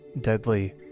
deadly